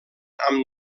amb